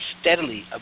steadily